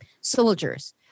soldiers